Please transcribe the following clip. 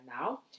now